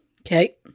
Okay